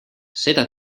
seda